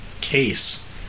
case